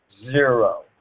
Zero